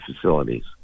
facilities